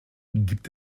gibt